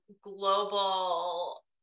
global